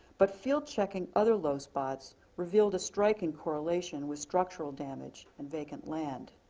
but field checking other low spots revealed a striking correlation with structural damage and vacant land.